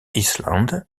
island